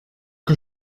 que